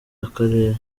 akarere